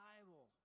Bible